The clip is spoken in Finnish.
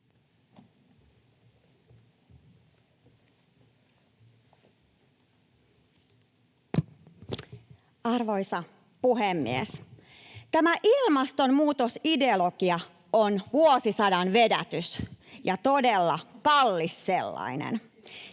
Arvoisa puhemies! Tämä ilmastonmuutosideologia on vuosisadan vedätys ja todella kallis sellainen.